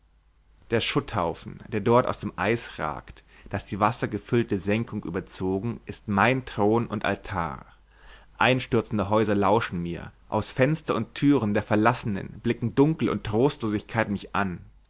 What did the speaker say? der schutthaufen der dort aus dem eis ragt das die wassergefüllte senkung überzogen ist mein thron und altar einstürzende häuser lauschen mir aus fenstern und türen der verlassenen blicken dunkel und trostlosigkeit mich an